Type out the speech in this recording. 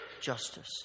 justice